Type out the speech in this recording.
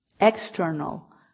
external